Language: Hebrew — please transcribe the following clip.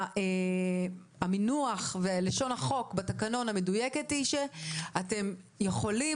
המינוח ולשון החוק המדויקת בתקנון היא שאתם יכולים